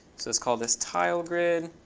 so let's call this tilegrid.